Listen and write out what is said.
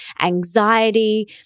anxiety